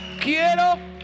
Quiero